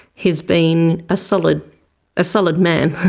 he's been a solid ah solid man.